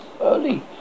early